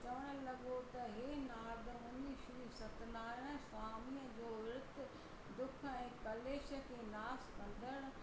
चवण लॻो त हे नारद मुनी श्री सत्यनारायण स्वामीअ जो विर्तु दुख ऐं कलेश खे नास कंड़ु